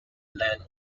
land